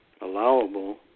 allowable